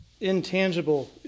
intangible